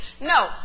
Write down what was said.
No